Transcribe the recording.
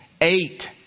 eight